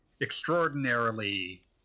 extraordinarily